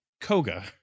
Koga